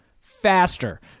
faster